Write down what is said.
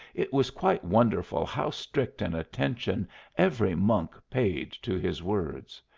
it was quite wonderful how strict an attention every monk paid to his words.